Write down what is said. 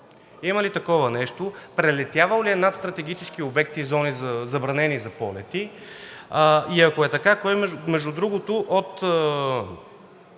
Има ли такова нещо? Прелетявал ли е над стратегически обекти и зони, забранени за полети? Ако е така, кой от органите